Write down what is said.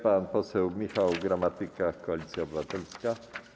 Pan poseł Michał Gramatyka, Koalicja Obywatelska.